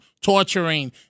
torturing